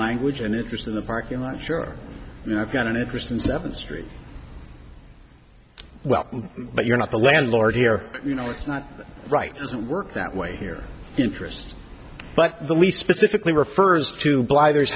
language and interest in the parking lot sure i've got an interest in seventh street well but you're not the landlord here you know it's not right is work that way here interest but the we specifically refers to bli